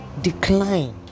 decline